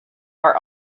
are